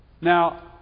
Now